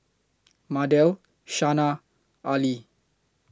Mardell Shana Arley